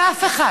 ואף אחד,